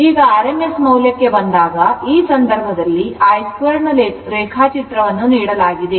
ಈಗ rms ಮೌಲ್ಯಕ್ಕೆ ಬಂದಾಗ ಈ ಸಂದರ್ಭದಲ್ಲಿ i2 ನ ರೇಖಾಚಿತ್ರವನ್ನು ನೀಡಲಾಗಿದೆ